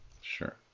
Sure